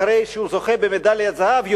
אחרי שהוא זוכה במדליית זהב,